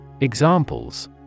Examples